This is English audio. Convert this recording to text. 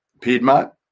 Piedmont